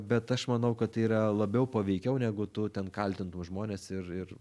bet aš manau kad tai yra labiau paveikiau negu tu ten kaltintum žmones ir ir